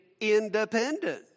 independent